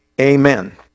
Amen